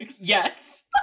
Yes